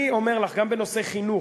אני אומר לך, גם בנושאי חינוך,